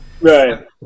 Right